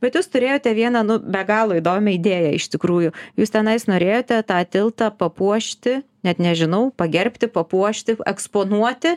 bet jūs turėjote vieną nu be galo įdomią idėją iš tikrųjų jūs tenais norėjote tą tiltą papuošti net nežinau pagerbti papuošti eksponuoti